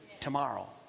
Tomorrow